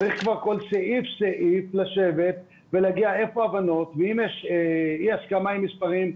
צריך על סעיף-סעיף לשבת ולהגיע להבנות ואם יש אי-הסכמה על מספרים,